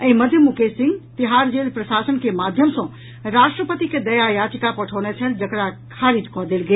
एहि मध्य मुकेश सिंह तिहाड़ जेल प्रशासन के माध्यम सँ राष्ट्रपति के दया याचिका पठौने छल जकरा खारिज कऽ देल गेल